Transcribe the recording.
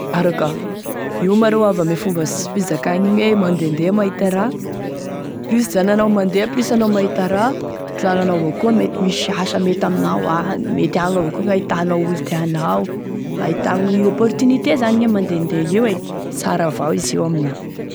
Sara ka, io maro avy ame fomba fizakagny igny hoe mandehandeha mahita raha, plus zany anao mandeha plus anao mahita raha sy lalanao avao koa mety misy asa mety aminao agny, mety agny avao koa gn'ahitanao olo tianao, ahitanao opportunité zany gne mandehandeha io e, sara avao izy io amina.